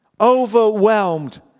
overwhelmed